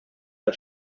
der